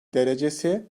derecesi